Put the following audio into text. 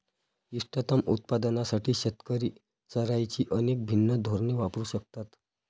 इष्टतम उत्पादनासाठी शेतकरी चराईची अनेक भिन्न धोरणे वापरू शकतात